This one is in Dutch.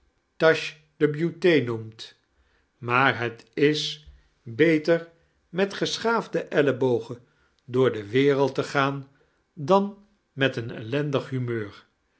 taches de beaute noemt maar het is beter met geschaafde ellebogea door de wereld te gaan dan met een ellendig humeuir